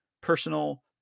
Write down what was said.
personal